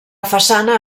façana